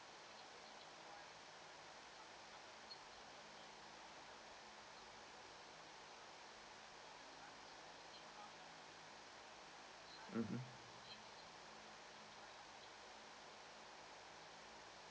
mmhmm